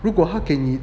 如果他给你